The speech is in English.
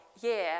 year